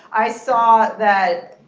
i saw that